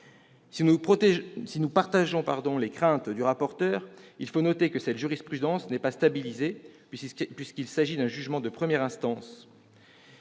Si nous partageons les craintes du rapporteur, il faut noter que cette jurisprudence n'est pas stabilisée, puisqu'il s'agit d'un jugement de première instance.